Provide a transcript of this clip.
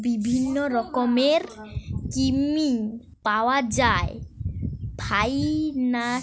বিভিন্ন রকমের স্কিম পাওয়া যায় ফাইনান্সে সরকার নু